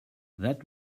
that